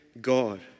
God